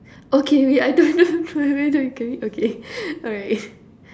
okay we I don't know okay alright